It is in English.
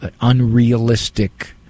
unrealistic